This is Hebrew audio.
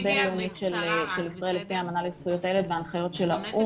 --- בינלאומית של ישראל לפי האמנה לזכויות הילד וההנחיות של האו"ם,